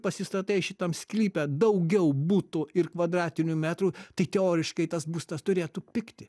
pasistatai šitam sklype daugiau butų ir kvadratinių metrų tai teoriškai tas būstas turėtų pigti